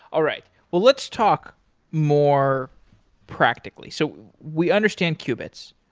all right. well let's talk more practically. so we understand qubits,